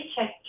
check